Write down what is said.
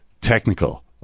technical